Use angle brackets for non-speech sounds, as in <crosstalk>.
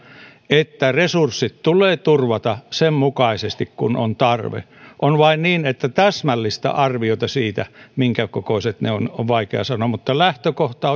että resurssit tulee turvata sen mukaisesti kuin on tarve on vain niin että täsmällistä arviota siitä minkä kokoiset ne ovat on vaikea sanoa mutta lähtökohta <unintelligible>